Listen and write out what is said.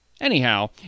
Anyhow